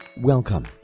Welcome